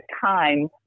time